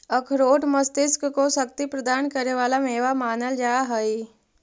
अखरोट मस्तिष्क को शक्ति प्रदान करे वाला मेवा मानल जा हई